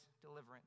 deliverance